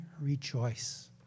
rejoice